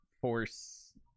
force